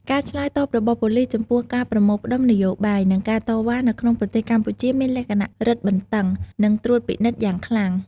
ការឆ្លើយតបរបស់ប៉ូលីសចំពោះ ការប្រមូលផ្តុំនយោបាយ និងការតវ៉ានៅក្នុងប្រទេសកម្ពុជាមានលក្ខណៈរឹតបន្តឹង និងត្រួតពិនិត្យយ៉ាងខ្លាំង។